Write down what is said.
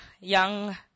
young